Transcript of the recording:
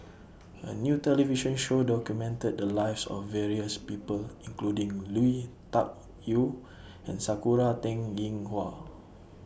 A New television Show documented The Lives of various People including Lui Tuck Yew and Sakura Teng Ying Hua